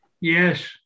Yes